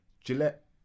Gillette